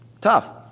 Tough